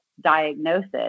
diagnosis